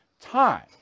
time